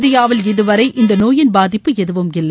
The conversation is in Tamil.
இந்தியாவில் இதுவரை இந்தநோயின்பாதிப்பு எதுவும் இல்லை